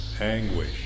anguish